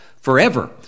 forever